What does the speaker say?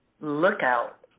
Lookout